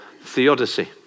theodicy